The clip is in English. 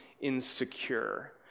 insecure